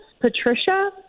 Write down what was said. Patricia